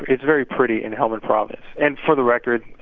it's very pretty in helmand province. and, for the record